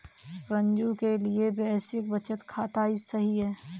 रंजू के लिए बेसिक बचत खाता ही सही रहेगा